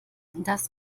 das